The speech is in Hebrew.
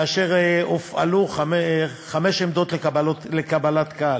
והופעלו חמש עמדות לקבלת קהל,